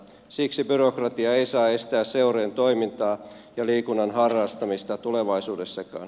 siksi byrokratia ei saa estää seurojen toimintaa ja liikunnan harrastamista tulevaisuudessakaan